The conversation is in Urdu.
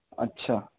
اچھا